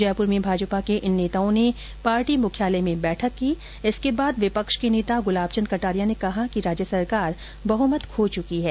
जयपुर में भाजपा के इन नेताओं ने पार्टी मुख्यालय में बैठक की जिसके बाद विपक्ष के नेता में गुलाबचंद कटारिया ने कहा कि राज्य सरकार बहुमत खो चुकी है